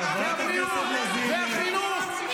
אז למה יש כספים קואליציוניים?